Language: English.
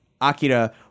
Akira